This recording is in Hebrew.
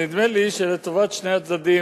נדמה לי שלטובת שני הצדדים,